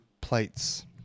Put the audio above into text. plates